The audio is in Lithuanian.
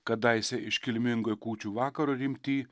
kadaise iškilmingoj kūčių vakaro rimty